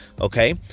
Okay